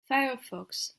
firefox